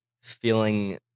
feeling